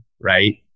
right